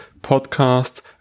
podcast